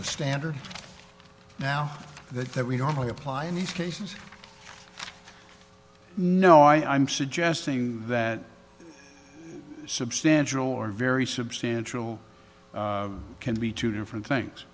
the standard now that that we normally apply in these cases no i am suggesting that substantial or very substantial can be two different things